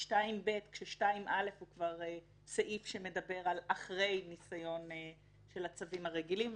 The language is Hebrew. היא 2ב כש-2א הוא כבר סעיף שמדבר על אחרי ניסיון של הצווים הרגילים.